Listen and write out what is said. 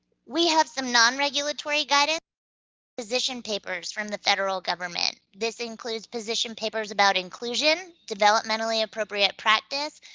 we have some non-regulatory guidance position papers from the federal government. this includes position papers about inclusion, developmentally appropriate practice,